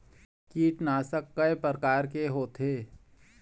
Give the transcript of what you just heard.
कीटनाशक कय प्रकार के होथे?